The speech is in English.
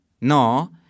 No